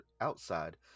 outside